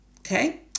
Okay